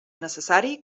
necessari